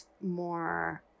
more